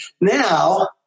Now